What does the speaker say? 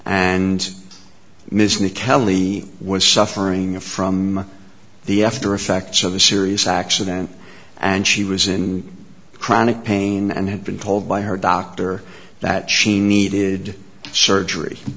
knew kelly was suffering from the aftereffects of a serious accident and she was in chronic pain and had been told by her doctor that she needed surgery